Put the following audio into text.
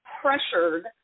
pressured